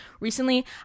Recently